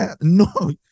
No